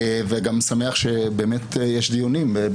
וגם שמח שבאמת יש דיונים.